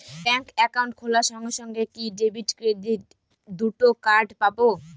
Bank account খোলার সঙ্গে সঙ্গে কি ডেবিট ক্রেডিট দুটো কার্ড পাবো?